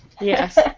Yes